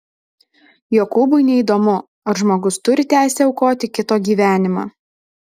jokūbui neįdomu ar žmogus turi teisę aukoti kito gyvenimą